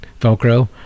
Velcro